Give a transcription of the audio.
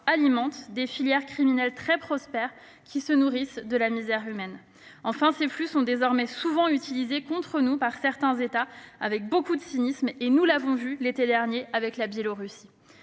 alimentent des filières criminelles très prospères qui se nourrissent de la misère humaine. Enfin, ces flux sont désormais souvent utilisés contre nous par certains États, avec beaucoup de cynisme- nous l'avons vu l'été dernier avec la Biélorussie.